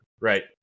Right